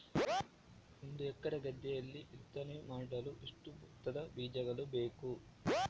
ಒಂದು ಎಕರೆ ಗದ್ದೆಯಲ್ಲಿ ಬಿತ್ತನೆ ಮಾಡಲು ಎಷ್ಟು ಭತ್ತದ ಬೀಜಗಳು ಬೇಕು?